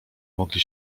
mogli